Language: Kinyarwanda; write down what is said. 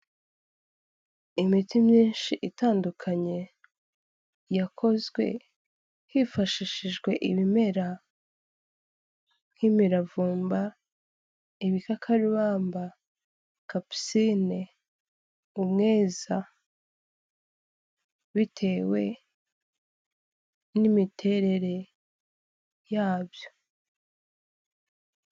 Imiti myinshi itandukanye, yakozwe hifashishijwe ibimera nk'imiravumba, ibikakarubamba, kapisine, umweza, bitewe n'imiterere yabyo.